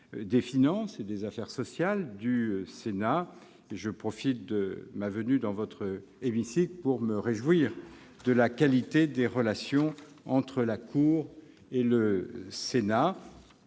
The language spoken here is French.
des finances et des affaires sociales du Sénat. Je profite de ma venue dans cet hémicycle pour me réjouir de la qualité des relations entre la Cour et la Haute